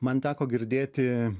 man teko girdėti